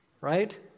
right